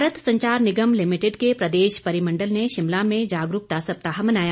Bharat Sanchar Nigam limited के प्रदेश परिमंडल ने शिमला में जागरूकता सप्ताह मनाया